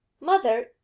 mother